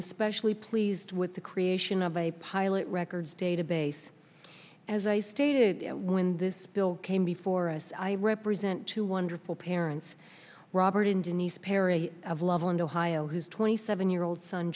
especially pleased with the creation of a pilot records database as i stated when this bill came before us i represent two wonderful parents robert and denise perry of loveland ohio whose twenty seven year old son